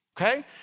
okay